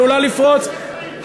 עלולה לפרוץ,